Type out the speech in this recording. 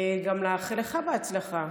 גם לאחל לך הצלחה,